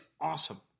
awesome